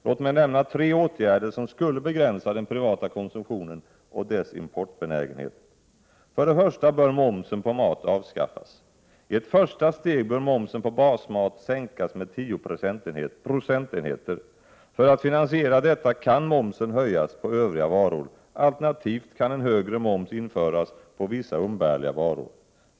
Låt mig nämna tre åtgärder som skulle begränsa den privata konsumtionen och dess importbenägenhet. För det första bör momsen på mat avskaffas. I ett första steg bör momsen på basmat sänkas med 10 procentenheter. För att finansiera detta kan man höja momsen på övriga varor; alternativt kan en högre moms införas på vissa umbärliga varor.